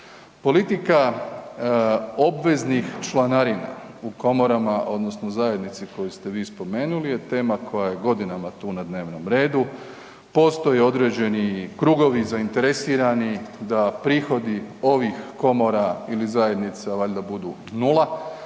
Politika obveznih članarina u komorama, odnosno zajednici koju ste vi spomenuli je tema koja je godinama tu na dnevnom redu, postoje određeni krugovi zainteresirani da prihodi ovih komora ili zajednica valjda budu 0 pa